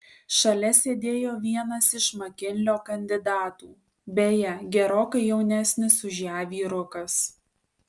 šalia sėdėjo vienas iš makinlio kandidatų beje gerokai jaunesnis už ją vyrukas